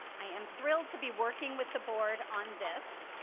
i am thrilled to be working with the board on this,